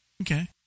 Okay